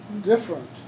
Different